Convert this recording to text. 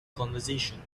conversation